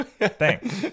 Thanks